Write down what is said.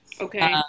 Okay